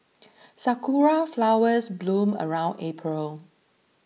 sakura flowers bloom around April